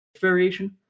variation